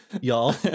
y'all